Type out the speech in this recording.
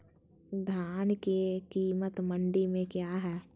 धान के कीमत मंडी में क्या है?